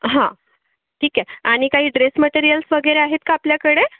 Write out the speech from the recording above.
हा ठीक आहे आणि काही ड्रेस मटेरिअल्स वगैरे आहेत का आपल्याकडे